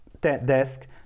desk